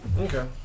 Okay